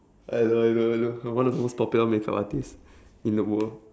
I know I know I know I'm one of the most popular make up artist in the world